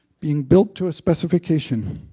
being built to a specification